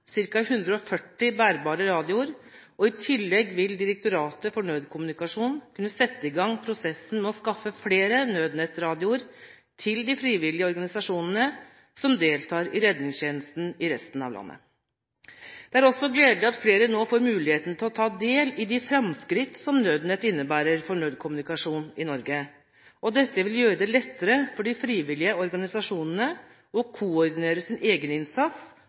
140 bærbare radioer, og i tillegg vil Direktoratet for nødkommunikasjon kunne sette i gang prosessen med å skaffe flere Nødnett-radioer til de frivillige organisasjonene som deltar i redningstjenesten i resten av landet. Det er også gledelig at flere nå får muligheten til å ta del i de framskritt som Nødnett innebærer for nødkommunikasjon i Norge, og dette vil gjøre det lettere for de frivillige organisasjonene å koordinere sin egen innsats